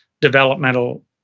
developmental